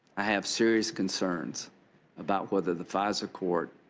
i have serious concerns about whether the fisa court